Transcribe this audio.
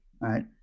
right